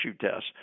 test